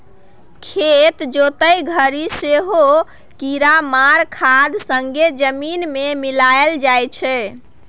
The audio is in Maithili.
खेत जोतय घरी सेहो कीरामार खाद संगे जमीन मे मिलाएल जाइ छै